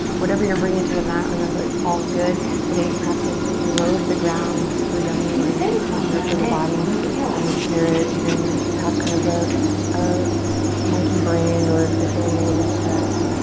whatever you're bringing to the mat remember, it's all good. today's practice is low to the ground and super yummy. we're gonna just kind of nurture the body and the spirit even if you've had kind of ah a monkey brain or if you're feeling a little stressed,